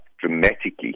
dramatically